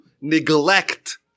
neglect